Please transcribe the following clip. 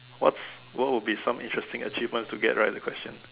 what's what will be some interesting achievements to get right at the question